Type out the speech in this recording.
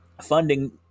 funding